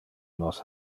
nos